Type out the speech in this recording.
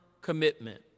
commitment